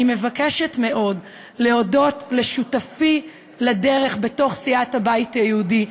אני מבקשת מאוד להודות לשותפי לדרך בתוך סיעת הבית היהודי,